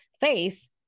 face